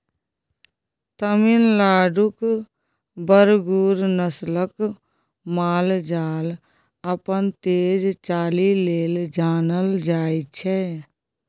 तमिलनाडुक बरगुर नस्लक माल जाल अपन तेज चालि लेल जानल जाइ छै